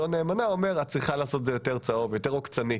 צאו החוצה.